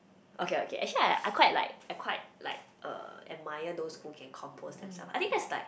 okay okay actually I I quite like I quite like uh admire those who can compose themself I think that's like